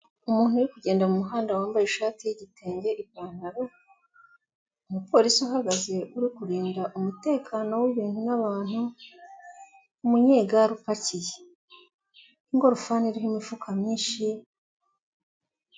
Umuntu uri kugenda mu muhanda wambaye ishati y'igitenge ipantaro, umupolisi uhagaze uri kurinda umutekano w'ibintu n'abantu umunyegare upakiye igorofani iriho imifuka myinshi.